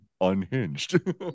unhinged